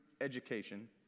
education